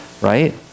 right